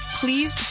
please